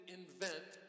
invent